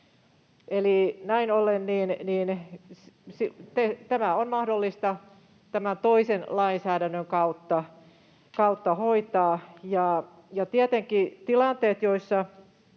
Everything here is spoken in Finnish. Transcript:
näin ollen tämä on mahdollista tämän toisen lainsäädännön kautta hoitaa. Tietenkin tilanteessa, jossa